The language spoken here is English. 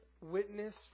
witness